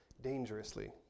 dangerously